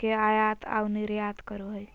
के आयात आऊ निर्यात करो हइ